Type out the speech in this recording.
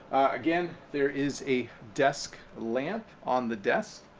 again, there is a desk lamp on the desk.